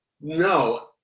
no